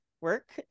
work